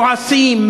כועסים,